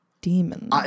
Demons